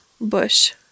bush